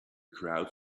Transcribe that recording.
crowd